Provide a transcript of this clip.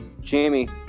Jamie